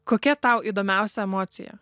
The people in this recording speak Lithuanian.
kokia tau įdomiausia emocija